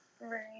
Right